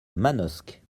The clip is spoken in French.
manosque